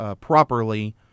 properly